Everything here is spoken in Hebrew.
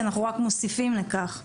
אנחנו רק מוסיפים לכך.